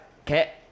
Okay